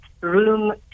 room